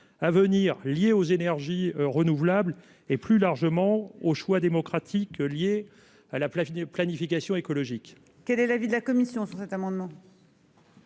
à venir liés aux énergies renouvelables et plus largement au choix démocratique liés à la plage des planification écologique. Quel est l'avis de la commission sur cet amendement.